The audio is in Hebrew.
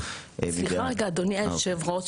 אדוני היושב ראש,